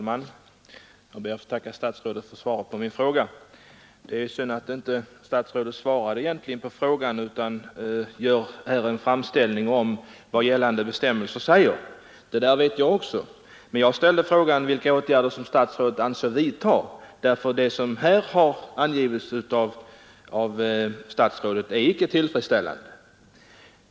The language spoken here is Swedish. Herr talman! Jag ber att få ta Det är synd att statsrådet egentligen inte svarade på frågan utan redogjorde för gällande bestämmelser. Dem känner jag också till, men jag frågade vilka åtgärder statsrådet avser vidta. Det som angavs i svaret är icke tillfredsställande.